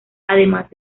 además